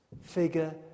figure